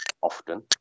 often